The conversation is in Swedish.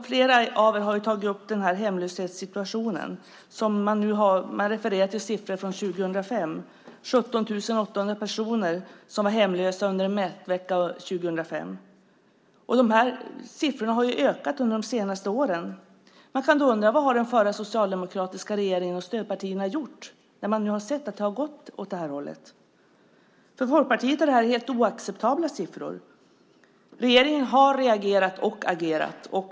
Flera av er har tagit upp hemlöshetssituationen. Man refererar till siffror från 2005. Det var 17 800 personer som var hemlösa under en mätvecka 2005. De här siffrorna har ju ökat under de senaste åren. Då kan man undra vad den förra socialdemokratiska regeringen och stödpartierna har gjort när man har sett att det har gått åt det här hållet. Det här är helt oacceptabla siffror för Folkpartiet. Regeringen har reagerat och agerat.